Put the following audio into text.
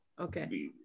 okay